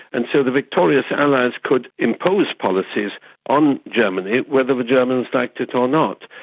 and so the victorious allies could impose policies on germany, whether the germans liked it or not.